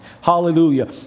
Hallelujah